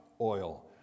oil